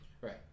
Right